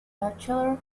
bachelor